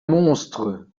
monstre